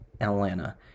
Atlanta